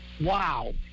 wow